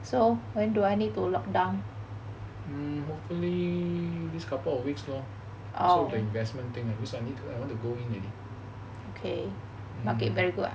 mm hopefully these couple of weeks lor cause of the investment thing ah cause I need to I want to go in and